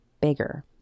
bigger